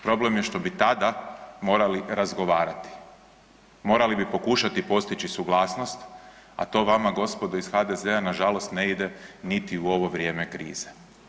Problem je što bi tada morali razgovarati, morali bi pokušati postići suglasnost, a to vama gospodo iz HDZ-a na žalost ne ide niti u ovom vrijeme krize.